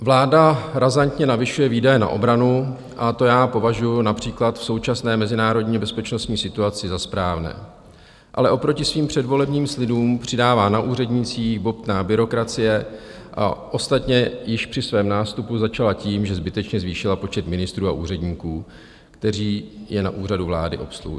Vláda razantně navyšuje výdaje na obranu a to já považuji například v současné mezinárodní bezpečnostní situaci za správné, ale oproti svým předvolebním slibům přidává na úřednících, bobtná byrokracie a ostatně již při svém nástupu začala tím, že zbytečně zvýšila počet ministrů a úředníků, kteří je na úřadu vlády obsluhují.